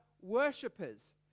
worshippers